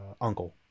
uncle